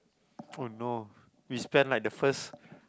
oh no we spent like the first